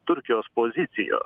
turkijos pozicijos